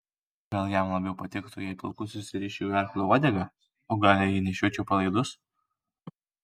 gal jam labiau patiktų jei plaukus susiriščiau į arklio uodegą o gal jei nešiočiau palaidus